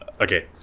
Okay